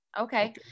Okay